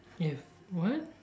you have what